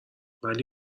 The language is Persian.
ولی